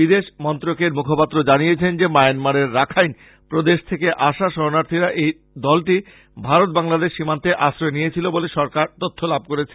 বিদেশ মন্ত্রনালয়ের মুখপাত্র জানিয়েছেন যে মায়ানমারের রাখাইন প্রদেশ থেকে আসা শরনার্থীর এই দলটি ভারত বাংলাদেশ সীমান্তে আশ্রয় নিয়েছিল বলে সরকার তথ্য লাভ করেছে